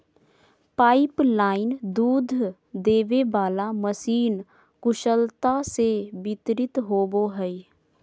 pipeline दूध देबे वाला मशीन कुशलता से वितरित होबो हइ